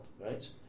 right